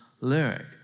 lyric